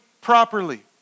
properly